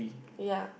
ya